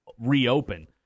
reopen